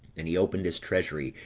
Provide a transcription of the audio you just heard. and he opened his treasury,